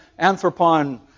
anthropon